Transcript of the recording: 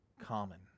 common